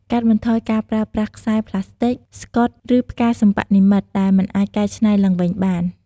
កាត់បន្ថយការប្រើប្រាស់ខ្សែប្លាស្ទិក ស្កុត ឬផ្កាសិប្បនិម្មិតដែលមិនអាចកែច្នៃទ្បើងវិញបាន។